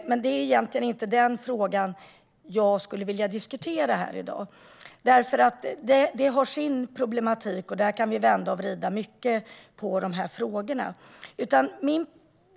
Men det är egentligen inte den fråga som jag skulle vilja diskutera här i dag. Det har sin problematik, och där kan vi vända och vrida mycket på de här frågorna.